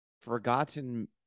forgotten